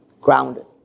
grounded